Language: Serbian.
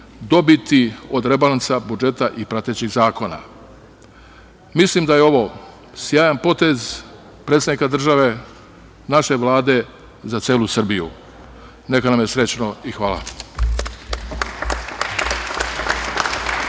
dobiti od rebalansa budžeta i pratećih zakona. Mislim da je ovo sjajan potez predsednika države i naše Vlade za celu Srbiju. Neka nam je srećno i hvala.